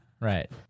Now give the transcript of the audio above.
right